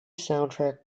soundtrack